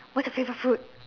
what's your favourite fruit